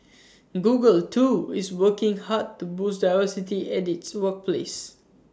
Google too is working hard to boost diversity at its workplace